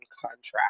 contract